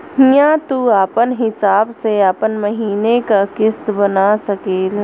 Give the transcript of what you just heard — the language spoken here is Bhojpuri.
हिंया तू आपन हिसाब से आपन महीने का किस्त बना सकेल